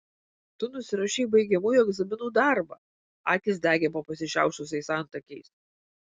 tu nusirašei baigiamųjų egzaminų darbą akys degė po pasišiaušusiais antakiais